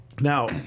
Now